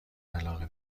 علاقه